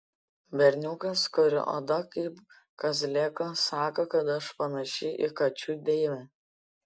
berniukas kurio oda kaip kazlėko sako kad aš panaši į kačių deivę